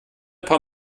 paar